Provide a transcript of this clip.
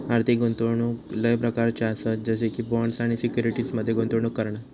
आर्थिक गुंतवणूक लय प्रकारच्ये आसत जसे की बॉण्ड्स आणि सिक्युरिटीज मध्ये गुंतवणूक करणा